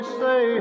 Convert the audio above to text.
say